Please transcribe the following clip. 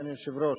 אדוני היושב-ראש,